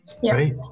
great